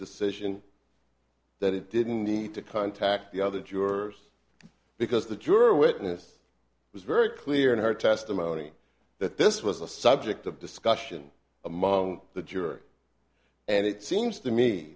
decision that it didn't need to contact the other jurors because the juror witness was very clear in her testimony that this was a subject of discussion among the jury and it seems to me